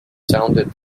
sounded